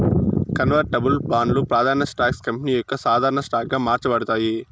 convertible బాండ్లు, ప్రాదాన్య stocks company యొక్క సాధారన స్టాక్ గా మార్చబడతాయి